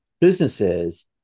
businesses